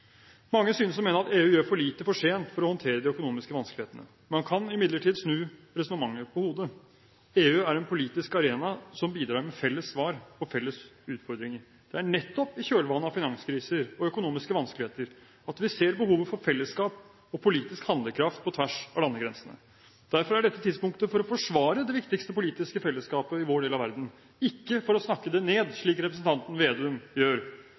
Mange synes å mene at EU gjør for lite for sent for å håndtere de økonomiske vanskelighetene. Man kan imidlertid snu resonnementet på hodet. EU er en politisk arena som bidrar med felles svar på felles utfordringer. Det er nettopp i kjølvannet av finanskriser og økonomiske vanskeligheter at vi ser behovet for fellesskap og politisk handlekraft på tvers av landegrensene. Derfor er dette tidspunktet for å forsvare det viktigste politiske fellesskapet i vår del av verden – ikke for å snakke det ned, slik representanten Slagsvold Vedum gjør.